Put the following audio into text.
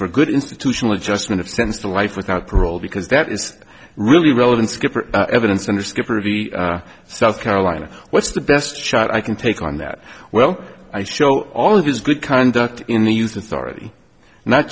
for good institutional adjustment of sense to life without parole because that is really relevant skipper evidence under skipper of the south carolina what's the best shot i can take on that well i show all of his good conduct in the youth authority not